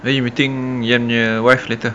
when you meeting ian punya wife later